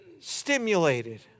Stimulated